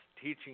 teaching